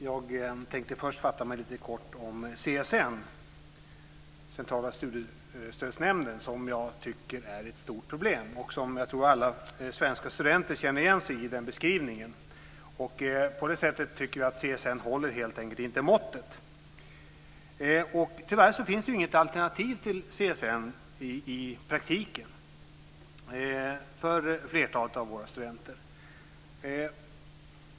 Fru talman! Först ska jag fatta mig helt kort om CSN, Centrala studiestödsnämnden, som jag tycker är ett stort problem. Jag tror att alla svenska studenter känner igen sig i den beskrivningen. Vi tycker att CSN helt enkelt inte håller måttet. Tyvärr finns det i praktiken inget alternativ till CSN för flertalet av våra studenter.